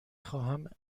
خواهم